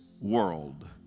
world